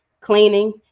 cleaning